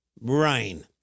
rain